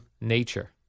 Nature